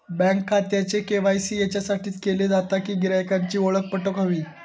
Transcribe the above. bank खात्याचे KYC याच्यासाठीच केले जाता कि गिरायकांची ओळख पटोक व्हयी